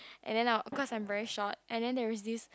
and then I cause I am very short and then there is this